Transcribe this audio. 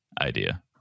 idea